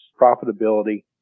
profitability